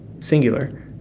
Singular